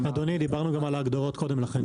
אדוני, דיברנו גם על ההגדרות קודם לכן.